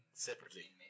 Separately